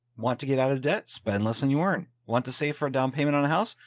want to get out of debt, spend less than you earn, want to save for a down payment on a house,